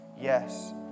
yes